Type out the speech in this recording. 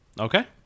okay